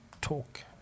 talk